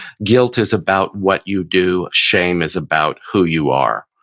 guilt is about what you do, shame is about who you are.